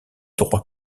droit